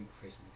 Christmas